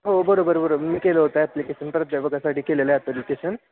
हो बरोबर बरो मी केलं होतं ॲप्लिकेशन प्राध्यापकासाठी केलेलं ॲप्लिकेशन